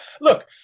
Look